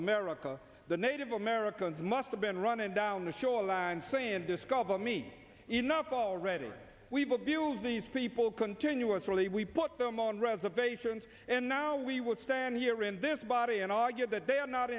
america the native americans must have been running down the shoreline saying discover me enough already we've abuse these people continuously we put them on reservations and now we would stand here in this body and argue that they are not